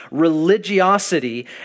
religiosity